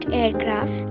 aircraft